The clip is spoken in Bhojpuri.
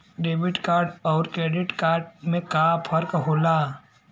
डेबिट कार्ड अउर क्रेडिट कार्ड में का फर्क होला?